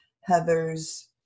Heather's